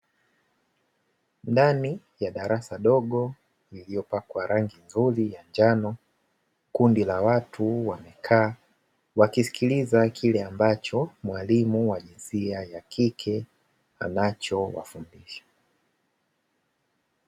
Ndani ya darasa dogo liliyopakwa rangi nzuri ya njano, kundi la watu wamekaa wakisikiliza kile ambacho mwalimu wa jinsia ya kike anachowafundisha.